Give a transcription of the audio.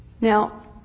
Now